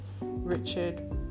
Richard